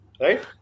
Right